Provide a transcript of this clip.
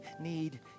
need